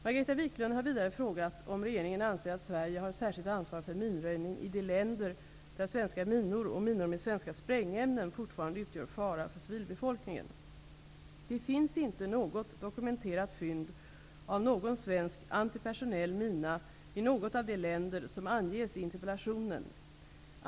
Margareta Viklund har vidare frågat om regeringen anser att Sverige har ett särskilt ansvar för minröjning i de länder där svenska minor, och minor med svenska sprängämnen, fortfarande utgör fara för civilbefolkningen. Det finns inte något dokumenterat fynd av någon svensk antipersonell mina i något av de länder som anges i interpellationen.